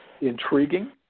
intriguing